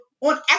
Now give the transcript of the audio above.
on